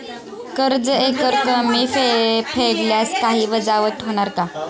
कर्ज एकरकमी फेडल्यास काही वजावट होणार का?